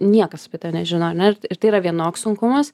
niekas apie tave nežino ar ne ir ir tai yra vienoks sunkumas